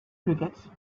crickets